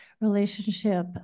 relationship